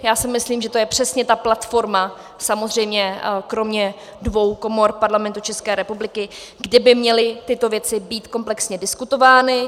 Já si myslím, že to je přesně ta platforma, samozřejmě kromě dvou komor Parlamentu České republiky, kde by měly být tyto věci komplexně diskutovány.